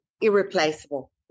irreplaceable